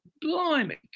blimey